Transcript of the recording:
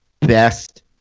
Best